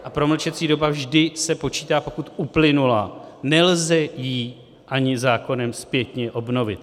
A promlčecí doba vždy se počítá, pokud uplynula, nelze ji ani zákonem zpětně obnovit.